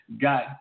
Got